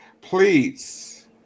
Please